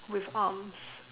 with arms